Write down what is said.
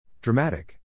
Dramatic